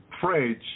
fridge